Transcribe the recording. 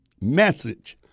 message